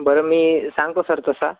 बरं मी सांगतो सर तसा